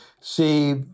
see